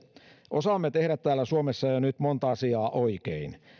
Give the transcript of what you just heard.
osaamme tehdä täällä suomessa jo nyt monta asiaa oikein